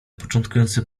początkujący